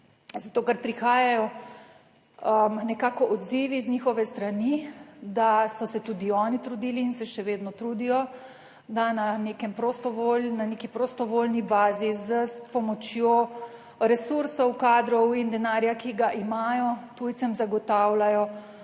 zato ker prihajajo nekako odzivi z njihove strani, da so se tudi oni trudili in se še vedno trudijo, da na neki prostovoljni bazi, s pomočjo resursov, kadrov in denarja, ki ga imajo, tujcem zagotavljajo